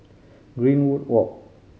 Greenwood Walk